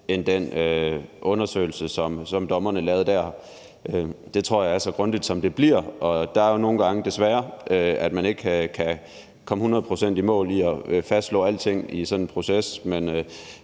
end den undersøgelse, som dommerne lavede der. Det tror jeg er så grundigt, som det bliver. Der er jo nogle gange, desværre, hvor man ikke kan komme hundrede procent i mål med hensyn til at fastslå alting i sådan en proces. Men